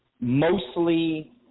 mostly –